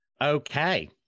Okay